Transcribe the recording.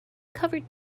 covered